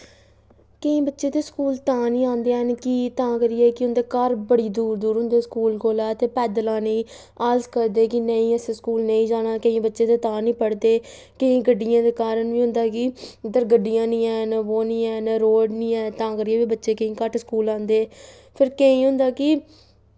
केईं बच्चे ते स्कूल तां निं औंदे हैन कि तां करियै कि उं'दा घर बड़े दूर दूर होंदे स्कूल कोला ते पैदल औने गी आलस करदे कि नेईं असें स्कूल नेईं जाना केईं बच्चे ते ता निं पढ़दे केईं गड्डियें दे कारण बी होंदा की उद्धर गड्डियां निं हैन रोड़ निं ऐ ते तां करियै बच्चे घट्ट स्कूल औंदे फिर केईं होंदा कि